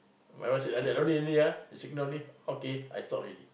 my wife say like that only only ah she ignore only I say okay I stop already